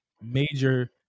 major